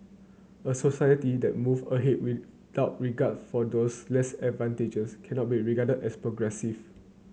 a society that move ahead without regard for those less advantaged cannot be regarded as progressive